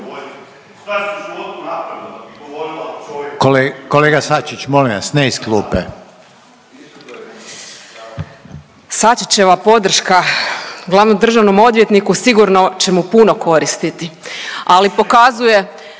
Kolega Sačić, molim vas ne iz klupe. **Peović, Katarina (RF)** Sačićeva podrška glavnom državnom odvjetniku sigurno će mu puno koristiti ali pokazuje